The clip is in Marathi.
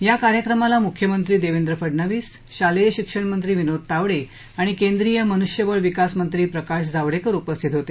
या कार्यक्रमाला मुख्यमंत्री देवेंद्र फडणवीस शालेय शिक्षणमंत्री विनोद तावडे आणि केंद्रीय मनुष्यबळ विकास मंत्री प्रकाश जावडेकर उपस्थित होते